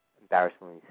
Embarrassingly